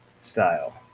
style